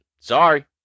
Sorry